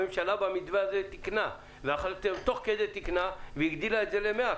הממשלה במתווה הזה תיקנה תוך כדי והגדילה ל-100.